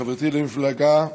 חברתי למפלגה,